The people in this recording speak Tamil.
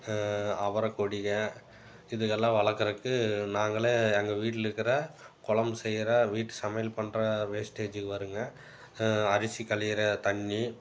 அவரக்கொடிகள் இதுகளெல்லாம் வளர்க்கறக்கு நாங்களே எங்கள் வீட்டில் இருக்கிற கொழம்பு செய்கிற வீட்டு சமையல் பண்ணுற வேஸ்டேஜி வருங்க அரிசி களையிற தண்ணி